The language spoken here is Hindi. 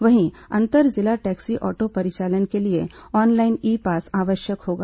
वहीं अंतर जिला टैक्सी ऑटो परिचालन के लिए ऑनलाइन ई पास आवश्यक होगा